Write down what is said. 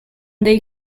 they